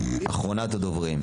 אחרונת הדוברים.